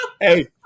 Hey